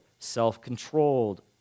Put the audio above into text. self-controlled